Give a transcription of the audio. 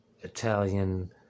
Italian